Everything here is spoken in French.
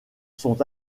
sont